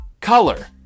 Color